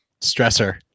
stressor